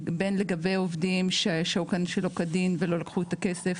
בין לגבי עובדים שהיו כאן שלא כדין ולא לקחו את הכסף